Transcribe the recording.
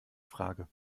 frage